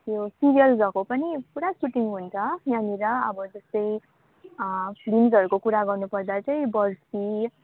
यो सिरियल्सहरको पनि पुरा सुटिङ हुन्छ यहाँनिर अब जस्तै फिल्मसहरूको कुरा गर्नु पर्दा चाहिँ बर्फी